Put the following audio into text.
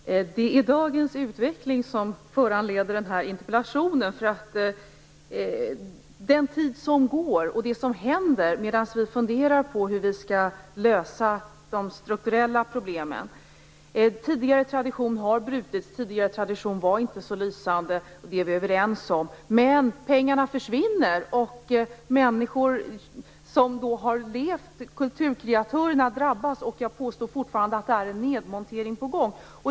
Herr talman! Det är dagens utveckling som föranlett denna interpellation - den tid som går och det som händer medan vi funderar på hur vi skall lösa de strukturella problemen. Den tidigare traditionen har brutits, och den var inte så lysande. Det är vi överens om. Men pengarna försvinner, och kulturkreatörerna drabbas! Jag menar fortfarande att det är en nedmontering på gång.